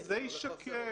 זה יישקל.